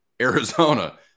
Arizona